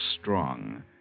strong